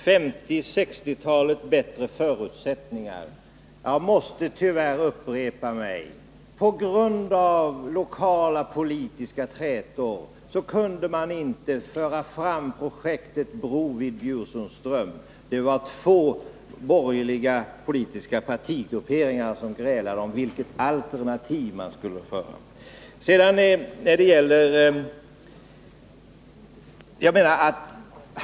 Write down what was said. Herr talman! Jag måste tyvärr helt kort upprepa mig beträffande 1950 och 1960-talens bättre förutsättningar. På grund av lokala politiska trätor kunde man inte föra fram projektet Broby-Bjursundsström. Det var två borgerliga grupperingar som grälade om vilket alternativ man skulle föra fram.